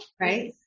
right